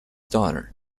daughter